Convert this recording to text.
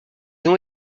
ont